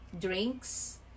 drinks